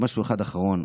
ומשהו אחד אחרון,